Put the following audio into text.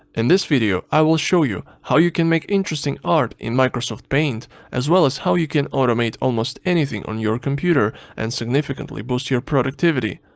in this video i will show you how you can make interesting art in ms like sort of paint as well as how you can automate almost anything on your computer and significantly boost your productivity.